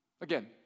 Again